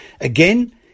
Again